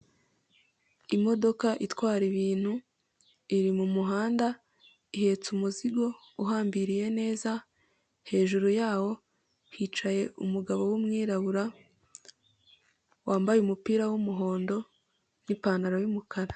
Imodoka itwara ibintu iri mumuhanda ihetse umuzigo uhambiriye neza hejuru yawo hicaye umugabo w'umwirabura wambaye umupira w'umuhondo n'ipantaro y'umukara.